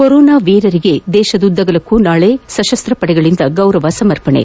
corona ವೀರರಿಗೆ ದೇಶದುದ್ದಗಲಕ್ಕೂ ನಾಳೆ ಸಶಸ್ತ ಪಡೆಗಳಿಂದ ಗೌರವ ಸಮರ್ಪಣೆ